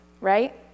right